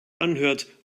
anhört